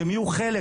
שהם יהיו חלק.